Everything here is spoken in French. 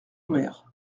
mer